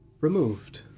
removed